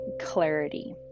clarity